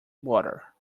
water